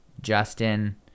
justin